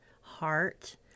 heart